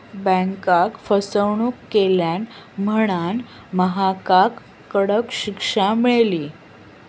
बँकेक फसवणूक केल्यान म्हणांन महकाक कडक शिक्षा मेळली